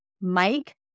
Mike